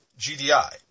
GDI